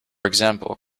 example